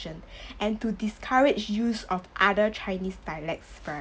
~tion and to discourage use of other chinese dialects varie~